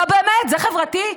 לא, באמת, זה חברתי?